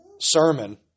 sermon